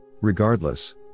Regardless